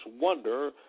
wonder